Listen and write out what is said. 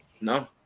No